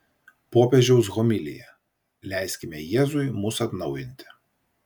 popiežiaus homilija leiskime jėzui mus atnaujinti